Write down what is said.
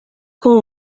com